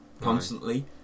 Constantly